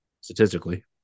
Statistically